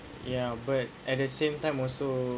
ya but at the same time also